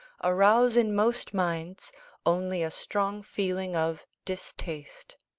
arouse in most minds only a strong feeling of distaste.